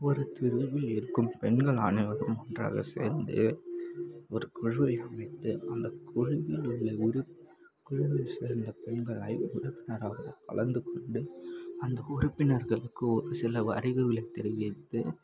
ஒரு தெருவில் இருக்கும் பெண்கள் அனைவரும் ஒன்றாக சேர்ந்து ஒரு குழுவை அமைத்து அந்த குழுவிலுள்ள உறுப் குழுவில் சேர்ந்த பெண்கள் ஐ உறுப்பினர்களாக கலந்துக் கொண்டு அந்த உறுப்பினர்களுக்கு ஒரு சில வரவுகளை தெரிவித்து